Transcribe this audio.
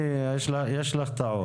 יש לך טעות.